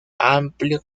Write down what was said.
amplio